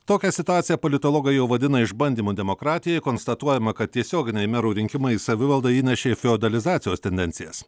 tokią situaciją politologai jau vadina išbandymu demokratijai konstatuojama kad tiesioginiai merų rinkimai į savivaldą įnešė feodalizacijos tendencijas